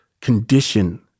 condition